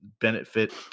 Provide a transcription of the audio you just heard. benefit